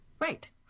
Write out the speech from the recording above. Right